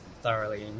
thoroughly